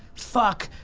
fuck,